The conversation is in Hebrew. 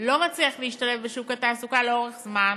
לא מצליח להשתלב בשוק התעסוקה לאורך זמן,